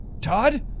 Todd